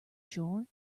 shore